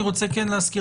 אני רוצה להזכיר,